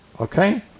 okay